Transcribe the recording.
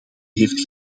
heeft